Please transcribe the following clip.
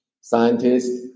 scientists